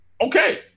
Okay